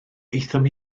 aethom